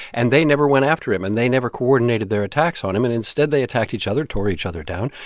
and they never went after him and they never coordinated their attacks on him. and instead, they attacked each other, tore each other down,